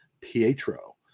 Pietro